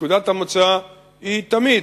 נקודת המוצא היא תמיד,